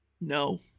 No